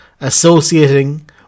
associating